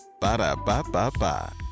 Ba-da-ba-ba-ba